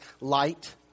light